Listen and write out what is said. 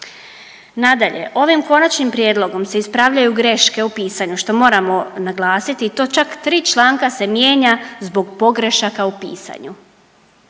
Nadalje, ovim konačnim prijedlogom se ispravljaju graške u pisanju što moramo naglasiti i to čak 3 članka se mijenja zbog pogrešaka u pisanju.